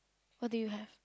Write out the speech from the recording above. what do you have